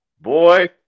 boy